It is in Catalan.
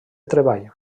treball